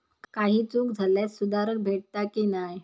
काही चूक झाल्यास सुधारक भेटता की नाय?